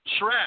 Shrek